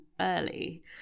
early